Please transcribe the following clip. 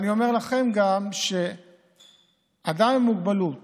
אני אומר לכם גם שאדם עם מוגבלות